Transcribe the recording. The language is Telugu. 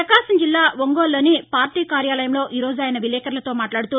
పకాశం జిల్లా ఒంగోల్లోని పార్టీ కార్యాలయంలో ఈ రోజు ఆయన విలేకరులతో మాట్లాడారు